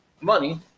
money